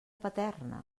paterna